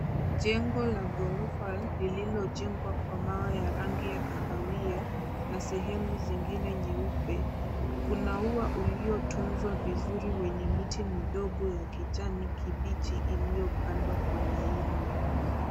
Jengo la ghorofa lililojengwa kwa mawe ya rangi ya kahawia na sehemu zingine nyeupe. Kuna ua ulilotunzwa vizuri wenye miche midogo ya kijani kibichi iliyopandwa kwa laini.